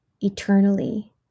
eternally